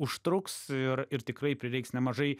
užtruks ir ir tikrai prireiks nemažai